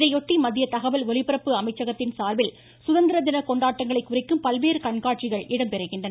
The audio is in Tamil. இதையொட்டி மத்திய தகவல் ஒலிபரப்பு அமைச்சகத்தின் சார்பில் சுதந்திர தின கொண்டாட்டங்களை குறிக்கும் பல்வேறு கண்காட்சிகள் இடம்பெறுகின்றன